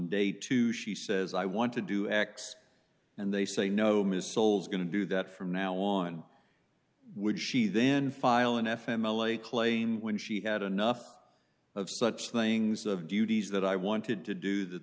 day two she says i want to do x and they say no missiles going to do that from now on would she then file an f m l a claim when she had enough of such things of duties that i wanted to do that